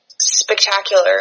spectacular